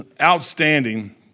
outstanding